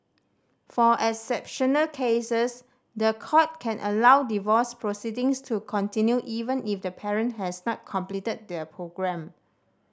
for exceptional cases the court can allow divorce proceedings to continue even if the parent has not completed the programme